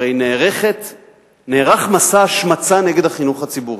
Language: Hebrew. הרי נערך מסע השמצה נגד החינוך הציבורי,